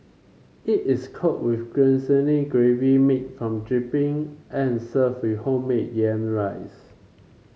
it is coated with glistening gravy made from dripping and served with homemade yam rice